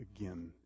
again